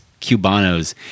cubanos